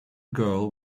girl